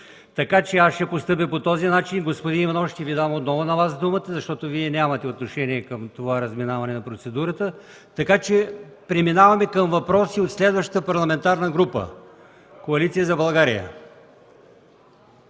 въпроси. Аз ще постъпя по този начин. Господин Иванов, ще Ви дам отново думата, защото Вие нямате отношение към това разминаване на процедурата. Преминаваме към въпроси от следващата парламентарна група – Коалиция за България.